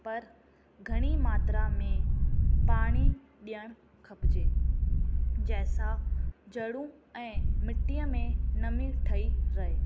परि घणी मात्रा में पाणी ॾियणु खपिजे जंहिंसां जड़ूं ऐं मिट्टीअ में नमी ठही रहे